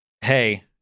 hey